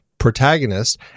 protagonist